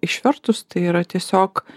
išvertus tai yra tiesiog